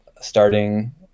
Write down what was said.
starting